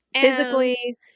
Physically